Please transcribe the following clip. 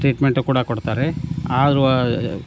treatment ಕೂಡ ಕೊಡ್ತಾರೆ ಆದ್ರೂ